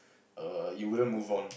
err you wouldn't move on